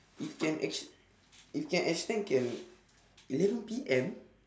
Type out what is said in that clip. if can act~ if can extend can eleven P_M